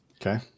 okay